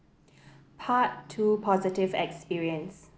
part two positive experience